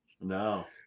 No